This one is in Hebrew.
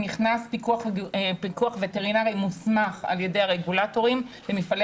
נכנס פיקוח וטרינרי מוסמך על ידי הרגולטורים על מפעלי